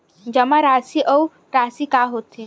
जमा राशि अउ राशि का होथे?